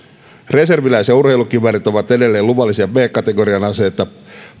reserviläisen urheilukiväärit ovat edelleen luvallisia b kategorian aseita